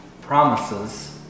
promises